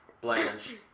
blanche